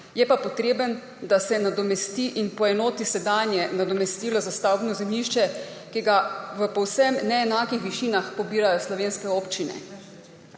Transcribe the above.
je pa potreben, da se nadomesti in poenoti sedanje nadomestilo za stavbno zemljišče, ki ga v povsem neenakih višinah pobirajo slovenske občine.